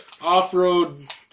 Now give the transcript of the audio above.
off-road